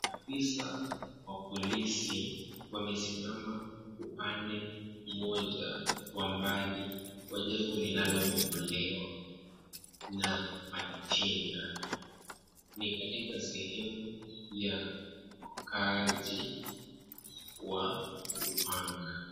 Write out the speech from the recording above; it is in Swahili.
Afisa wa polisi wamesimama upande mmoja wa mbali wa jengo linalobomolewa na matinga . Ni katika sehemu ya wakaaji wa kupanga.